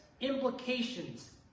implications